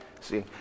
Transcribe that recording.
See